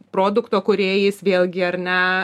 produkto kūrėjais vėlgi ar ne